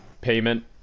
payment